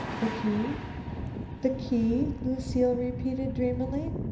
the key the key? lucile repeated dreamily.